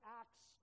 acts